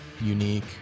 unique